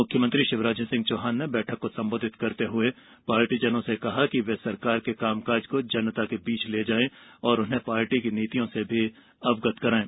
मुख्यमंत्री शिवराज सिंह चौहान ने बैठक को संबोधित करते हुए पार्टीजनों से कहा कि वे सरकार के कामकाज को जनता के बीच ले जायें और उन्हें पार्टी की नीतियों से भी अवगत करायें